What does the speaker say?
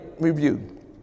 review